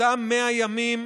אותם 100 ימים,